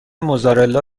موزارلا